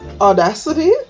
Audacity